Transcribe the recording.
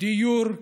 דיור,